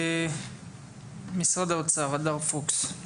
משרד האוצר, הדר פוקס.